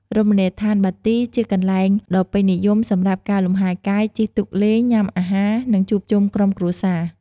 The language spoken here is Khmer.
រមណីយដ្ឋានបាទីជាកន្លែងដ៏ពេញនិយមសម្រាប់ ការលំហែកាយ ជិះទូកលេង ញ៉ាំអាហារ និងជួបជុំក្រុមគ្រួសារ។